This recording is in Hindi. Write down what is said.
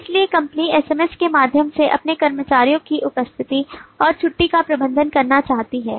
इसलिए कंपनी SMS के माध्यम से अपने कर्मचारियों की उपस्थिति और छुट्टी का प्रबंधन करना चाहती है